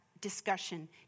discussion